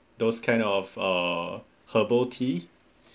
those kind of uh herbal tea